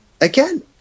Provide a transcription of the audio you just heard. Again